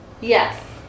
Yes